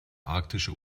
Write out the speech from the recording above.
arktische